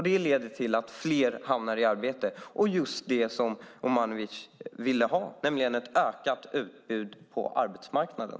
Det leder till att fler hamnar i arbete och just det som Omanovic ville ha, nämligen ett ökat utbud på arbetsmarknaden.